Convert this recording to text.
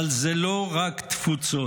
אבל זה לא רק תפוצות,